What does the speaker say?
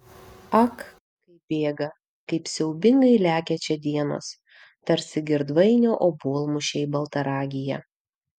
ak kaip bėga kaip siaubingai lekia čia dienos tarsi girdvainio obuolmušiai baltaragyje